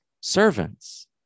servants